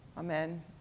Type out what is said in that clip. amen